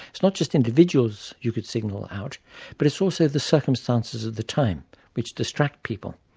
it's not just individuals you could single out but it's also the circumstances of the time which distract people.